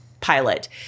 pilot